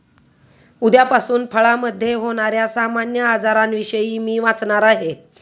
उद्यापासून फळामधे होण्याऱ्या सामान्य आजारांविषयी मी वाचणार आहे